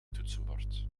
toetsenbord